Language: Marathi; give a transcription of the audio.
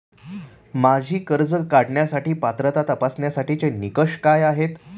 माझी कर्ज काढण्यासाठी पात्रता तपासण्यासाठीचे निकष काय आहेत?